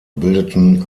bildeten